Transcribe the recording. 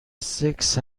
سکس